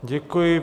Děkuji.